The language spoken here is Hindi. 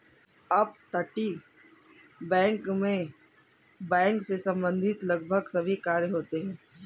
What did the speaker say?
अपतटीय बैंक मैं बैंक से संबंधित लगभग सभी कार्य होते हैं